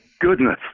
goodness